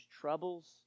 troubles